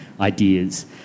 ideas